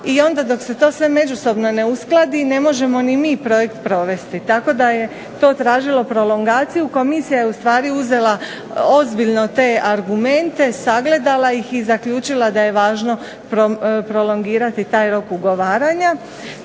i onda dok se to sve međusobno ne uskladi ne možemo ni mi projekt provesti. Tako da je to tražilo prolongaciju. Komisija je ustvari uzela ozbiljno te argumente, sagledala ih i zaključila da je važno prolongirati taj rok ugovaranja.